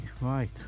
right